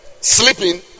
sleeping